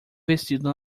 vestido